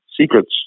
secrets